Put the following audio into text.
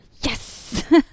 yes